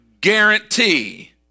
guarantee